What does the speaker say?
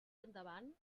endavant